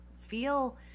feel